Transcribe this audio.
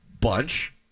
bunch